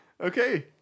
Okay